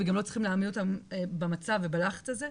וגם לא צריכים להעמיד אותם במצב ובלחץ הזה.